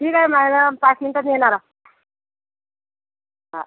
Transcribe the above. ठीक आहे मला पाच मिंटांत निघणार हाव हां